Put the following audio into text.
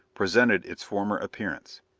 presented its former appearance.